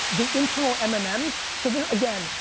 the internal um ah mmms, so again,